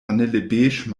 vanillebeige